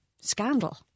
scandal